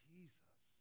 Jesus